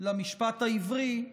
למשפט העברי,